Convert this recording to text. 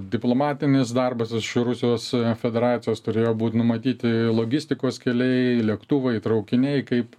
diplomatinis darbas iš rusijos federacijos turėjo būt numatyti logistikos keliai lėktuvai traukiniai kaip